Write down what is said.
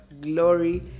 Glory